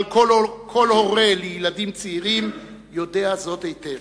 אבל כל הורה לילדים צעירים יודע זאת היטב: